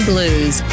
Blues